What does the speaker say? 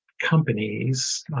companies